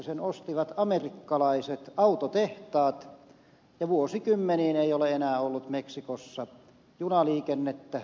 sen ostivat amerikkalaiset autotehtaat ja vuosikymmeniin ei ole enää ollut meksikossa junaliikennettä